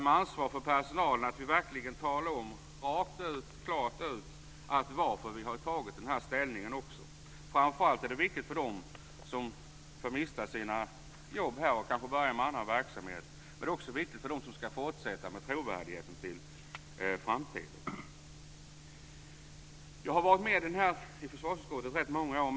Med ansvar för personalen är det viktigt att vi verkligen talar om rakt ut varför vi har tagit ställning. Framför allt är det viktigt för dem som mister sina jobb och som kanske får börja med annan verksamhet. Men det är också viktigt med trovärdighet i framtiden för dem som ska fortsätta. Jag har varit med i försvarsutskottet i rätt många år.